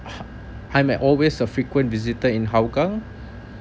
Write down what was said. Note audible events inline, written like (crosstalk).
(breath) I'm always a frequent visitor in hougang